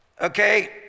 Okay